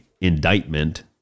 indictment